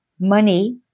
money